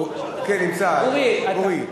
אורי,